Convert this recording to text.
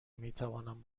میتوانم